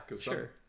sure